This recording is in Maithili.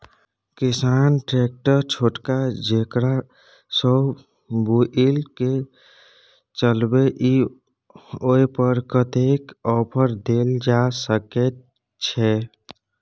किसान ट्रैक्टर छोटका जेकरा सौ बुईल के चलबे इ ओय पर कतेक ऑफर दैल जा सकेत छै?